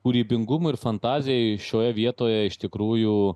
kūrybingumui ir fantazijai šioje vietoje iš tikrųjų